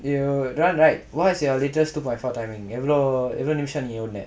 you run right what's your latest two point four timing எவளோ எவ்ளோ நிமிசம் நீ ஓடுன:evvalo evlo nimisam nee oduna